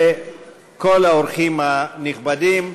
וכל האורחים הנכבדים,